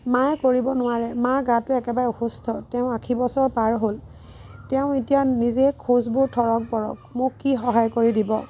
মায়ে কৰিব নোৱাৰে মাৰ গাটো একেবাৰে অসুস্থ তেওঁৰ আশী বছৰ পাৰ হ'ল তেওঁ এতিয়া নিজেই খোজবোৰ থৰক বৰক মোক কি সহায় কৰি দিব